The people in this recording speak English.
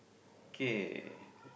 okay